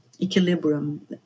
equilibrium